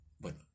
Bueno